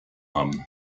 haben